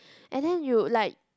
and then you like